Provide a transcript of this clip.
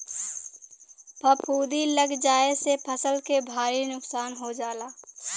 फफूंदी लग जाये से फसल के भारी नुकसान हो जाला